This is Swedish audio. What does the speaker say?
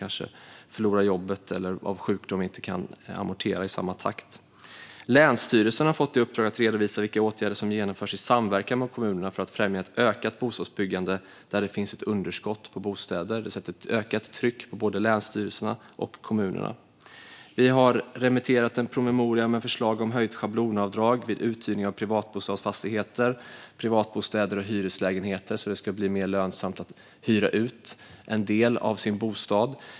Man kanske förlorar jobbet eller på grund av sjukdom inte kan amortera i samma takt. Länsstyrelserna har fått i uppdrag att redovisa vilka åtgärder som genomförs i samverkan med kommunerna för att främja ett ökat bostadsbyggande där det finns ett underskott på bostäder. Det sätter ett ökat tryck på både länsstyrelserna och kommunerna. Vi har remitterat en promemoria med förslag om ett höjt schablonavdrag vid uthyrning av privatbostadsfastigheter, privatbostäder och hyreslägenheter så att det ska bli mer lönsamt att hyra ut en del av sin bostad.